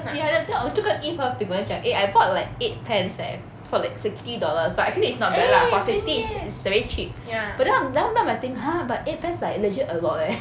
ya then 我就跟 eve 和 bing wen 讲 I bought like right pants leh for like sixty dollars but actually it's not bad lah for sixty is already cheap but th~ then after that I think !huh! but eight pants like legit a lot leh